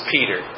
Peter